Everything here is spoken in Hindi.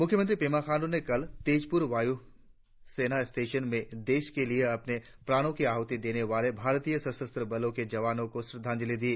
मुख्यमंत्री पेमा खाण्ड्र ने कल तेजपूर वायू सेना स्टेशन में देश के लिए अपने प्राणों की आहुति देने वाले भारतीय सशस्त्र बलों के जवानों को श्रंद्वांजलि दी